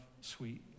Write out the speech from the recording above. Sweet